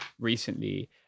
recently